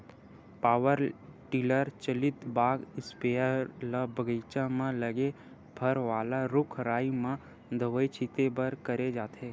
power tiller चलित बाग sprayer ल बगीचा म लगे फर वाला रूख राई म दवई छिते बर करे जाथे